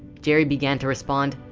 jerry, began to respond.